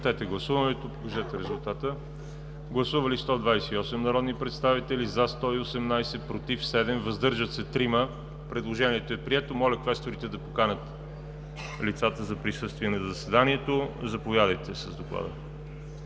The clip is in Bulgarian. залата на предложените лица. Гласували 128 народни представители: за 118, против 7, въздържали се 3. Предложението е прието. Моля квесторите да поканят лицата за присъствие на заседанието. Заповядайте за доклада.